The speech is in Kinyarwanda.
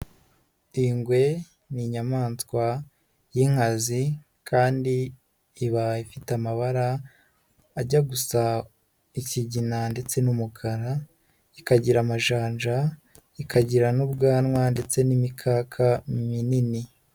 Ingwe n'inyamaswa y'inkazi kandi iba ifite amabara ajya gusa ikigina ndetse n'umukara, ikagira amajanja, ikagira n'ubwanwa ndetse n'imikaka minini.